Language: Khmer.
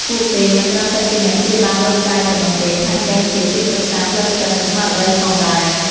ពួកគេមិនត្រឹមតែជាអ្នកព្យាបាលរោគកាយប៉ុណ្ណោះទេ ថែមទាំងជាទីប្រឹក្សាផ្លូវចិត្ត និងស្មារតីផងដែរ។